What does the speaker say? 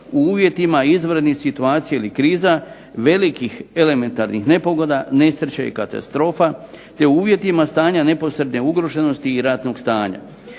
u uvjetima izvanrednih situacija ili kriza, velikih elementarnih nepogoda, nesreća i katastrofa te u uvjetima stanja neposredne ugroženosti i ratnog stanja